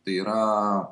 tai yra